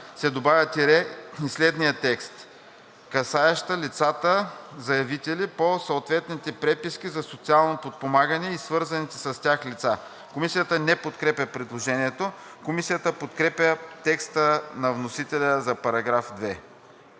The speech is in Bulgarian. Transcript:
се добавя тире и следният текст „касаеща лицата – заявители по съответните преписки за социално подпомагане и свързаните с тях лица“.“ Комисията не подкрепя предложението. Комисията подкрепя текста на вносителя за § 2.